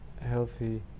healthy